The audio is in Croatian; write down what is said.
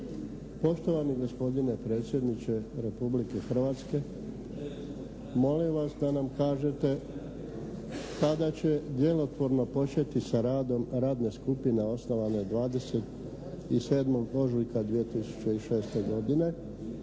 Poštovani gospodine predsjedniče Republike Hrvatske, molim vas da nam kažete kada će djelotvorno početi sa radom radna skupina osnovane 27. ožujka 2006. godine